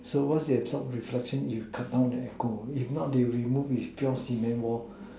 so once it absorbs reflection it will cut down the echo if not they remove is pure cement wall